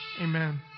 amen